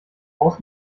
aus